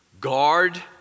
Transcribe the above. Guard